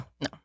No